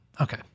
Okay